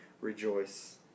rejoice